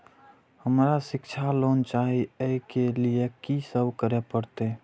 हमरा शिक्षा लोन चाही ऐ के लिए की सब करे परतै?